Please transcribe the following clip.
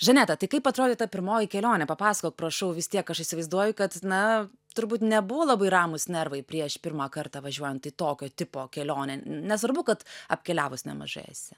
žaneta tai kaip atrodė ta pirmoji kelionė papasakok prašau vis tiek aš įsivaizduoju kad na turbūt nebuvo labai ramūs nervai prieš pirmą kartą važiuojant į tokio tipo kelionę nesvarbu kad apkeliavus nemažai esi